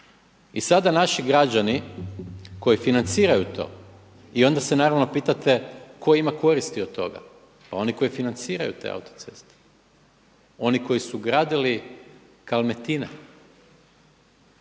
I sada naši građani koji financiraju to, i onda se naravno pitate tko ima koristi od toga? Pa oni koji financiraju te autoceste, oni koji su gradili „kalmetine“,